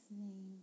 name